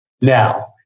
now